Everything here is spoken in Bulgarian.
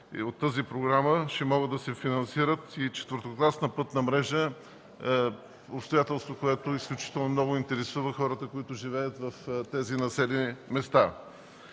от тази програма ще може да се финансира и четвъртокласна пътна мрежа – обстоятелство, което изключително много интересува хората, които живеят в тези населени места.